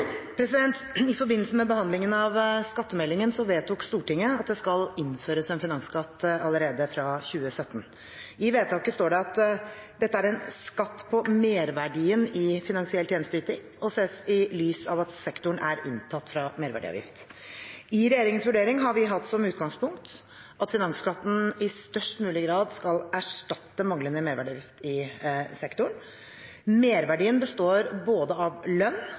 I forbindelse med behandlingen av skattemeldingen vedtok Stortinget at det skal innføres en finansskatt allerede fra 2017. I vedtaket står det: «Dette er en skatt på merverdien i finansiell tjenesteyting, og sees i lys av at sektoren er unntatt fra merverdiavgift.» I regjeringens vurdering har vi hatt som utgangspunkt at finansskatten i størst mulig grad skal erstatte manglende merverdiavgift i sektoren, merverdien består både av lønn